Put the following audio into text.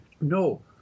No